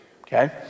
okay